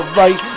right